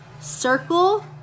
circle